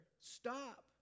Stop